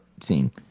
scene